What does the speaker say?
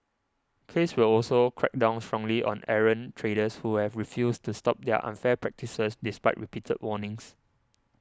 case will also crack down strongly on errant traders who have refused to stop their unfair practices despite repeated warnings